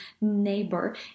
neighbor